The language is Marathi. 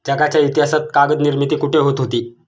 जगाच्या इतिहासात कागद निर्मिती कुठे होत होती?